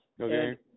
Okay